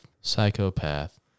psychopath